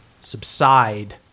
subside